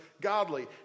godly